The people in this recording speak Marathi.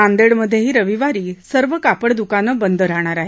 नांदेडमध्येही रविवारी सर्व कापड दुकानं बंद राहणार आहेत